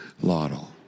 lotto